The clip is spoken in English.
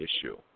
issue